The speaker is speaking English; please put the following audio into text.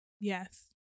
yes